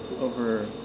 over